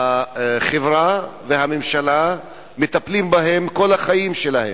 שהחברה והממשלה מטפלות בהם כל החיים שלהם.